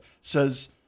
says